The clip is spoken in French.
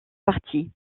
partie